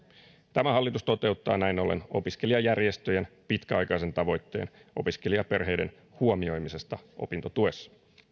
tämä hallitus toteuttaa näin ollen opiskelijajärjestöjen pitkäaikaisen tavoitteen opiskelijaperheiden huomioimisesta opintotuessa